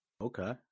Okay